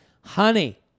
Honey